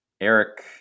Eric